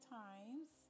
times